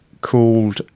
called